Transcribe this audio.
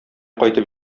кайтып